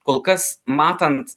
kol kas matant